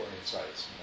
insights